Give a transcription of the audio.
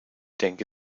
denke